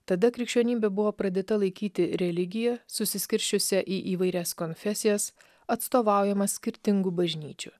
tada krikščionybė buvo pradėta laikyti religija susiskirsčiusia į įvairias konfesijas atstovaujamas skirtingų bažnyčių